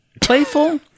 Playful